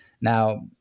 now